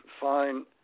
fine